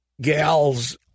gals